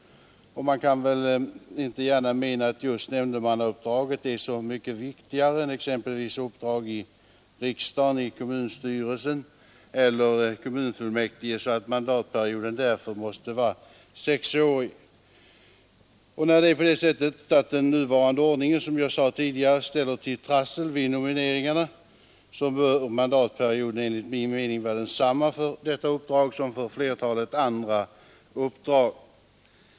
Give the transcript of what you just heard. Man kan inte gärna mena att just nämndemannauppdraget är så mycket viktigare än exempelvis uppdrag i riksdag, i kommunstyrelse eller i kommunfullmäktige så att mandatperioden i detta fall borde vara sexårig. När den nuvarande ordningen, som jag tidigare sade, ställer till trassel vid nomineringen, så bör mandatperioden enligt min mening vara av samma längd som för flertalet andra uppdrag.